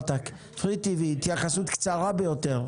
טיוי, התייחסות קצרה ביותר.